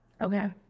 Okay